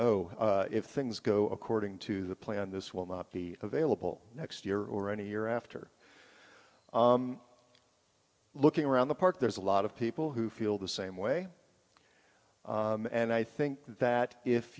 oh if things go according to the plan this will not be available next year or any year after looking around the park there's a lot of people who feel the same way and i think that if